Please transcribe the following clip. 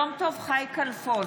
יום טוב חי כלפון,